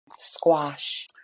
squash